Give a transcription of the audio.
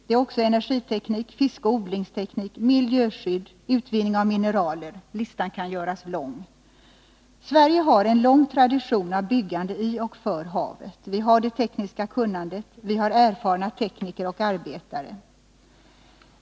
Det är också energiteknik, fiskeoch odlingsteknik, miljöskydd, utvinning av mineralier. Listan kan göras lång. k Sverige har en lång tradition av byggande i och för havet. Vi har det tekniska kunnandet. Vi har erfarna tekniker och arbetare.